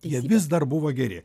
jie vis dar buvo geri